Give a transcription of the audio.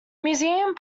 museum